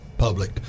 public